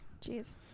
jeez